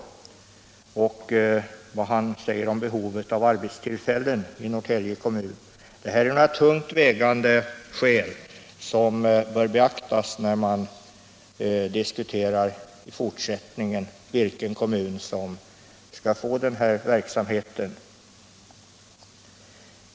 Vad han säger om behovet av arbetstillfällen i Norrtälje kommun vill jag också understryka. Detta är några tungt vägande skäl, som bör beaktas när man i fortsättningen diskuterar vilken kommun som skall få den här verksamheten.